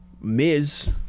Miz